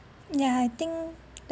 yeah I think